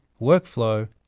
workflow